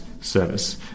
service